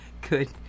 good